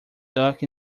duck